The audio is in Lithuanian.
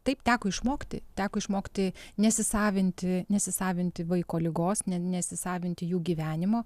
taip teko išmokti teko išmokti nesisavinti nesisavinti vaiko ligos ne nesisavinti jų gyvenimo